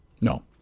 No